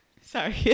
Sorry